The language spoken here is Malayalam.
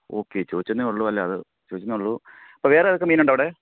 ഓക്കെ ചോദിച്ചു എന്നേ ഉള്ളൂ അല്ലാ അത് ചോദിച്ചു എന്നേ ഉള്ളൂ അപ്പം വേറെ ഏതൊക്കെ മീനുണ്ട് അവിടെ